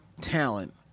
talent